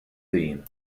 dean